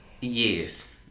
Yes